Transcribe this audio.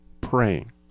praying